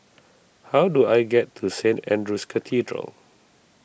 how do I get to Saint andrew's Cathedral